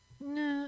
No